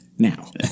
now